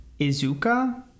Izuka